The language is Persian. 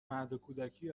مهدکودکی